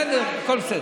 בסדר, הכול בסדר.